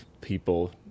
people